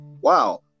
Wow